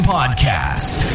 Podcast